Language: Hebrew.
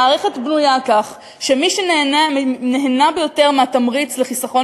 המערכת בנויה כך שמי שנהנה ביותר מהתמריץ לחיסכון